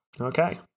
Okay